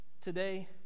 Today